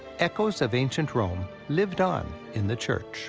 echoes of ancient rome lived on in the church